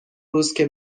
روزکه